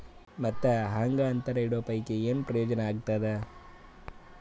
ಮತ್ತ್ ಹಾಂಗಾ ಅಂತರ ಇಡೋ ಪೈಕಿ, ಏನ್ ಪ್ರಯೋಜನ ಆಗ್ತಾದ?